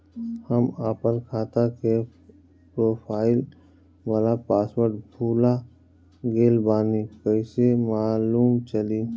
हम आपन खाता के प्रोफाइल वाला पासवर्ड भुला गेल बानी कइसे मालूम चली?